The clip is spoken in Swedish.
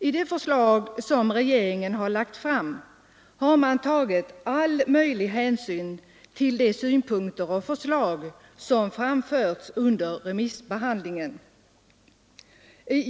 I det förslag som regeringen har lagt fram har man tagit all möjlig hänsyn till de synpunkter och förslag som framförts under remissbehandlingen.